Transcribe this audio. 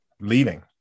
leaving